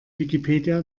wikipedia